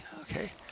okay